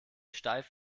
steif